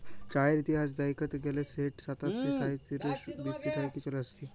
চাঁয়ের ইতিহাস দ্যাইখতে গ্যালে সেট সাতাশ শ সাঁইতিরিশ বি.সি থ্যাইকে চলে আইসছে